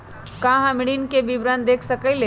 का हम ऋण के विवरण देख सकइले?